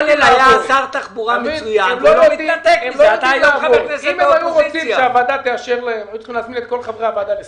להם, היו צריכים להזמין את כל חברי הוועדה לסיור,